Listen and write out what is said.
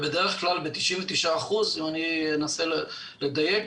ב-99% אם אני אנסה לדייק,